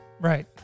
Right